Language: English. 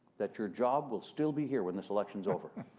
that your job will still be here when this election is over.